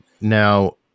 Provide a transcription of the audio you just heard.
Now